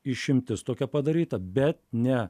išimtis tokia padaryta bet ne